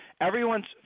Everyone's